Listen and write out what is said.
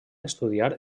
estudiar